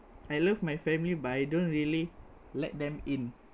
I love my family but I don't really let them in